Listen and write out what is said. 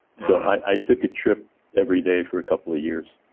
so i took a trip every day for a couple of years.